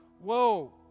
whoa